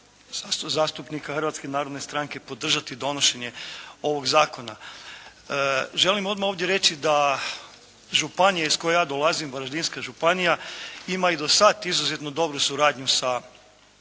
Hrvatske narodne stranke podržati donošenje ovog Zakona. Želim odmah ovdje reći da županija iz koje ja dolazim, Varaždinska županija ima i dosad izuzetno dobru suradnju sa Švedskom